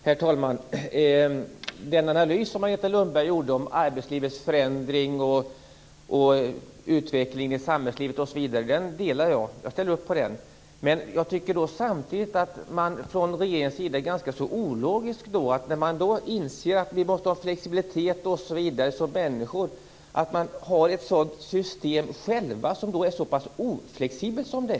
Herr talman! Agneta Lundbergs analys av arbetslivets förändring, av utvecklingen i samhället osv. håller jag med om. Men samtidigt tycker jag att man från regeringens sida är ganska ologisk. Man inser att det är nödvändigt med flexibilitet etc., men ändå har man själv ett mycket oflexibelt system.